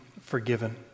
forgiven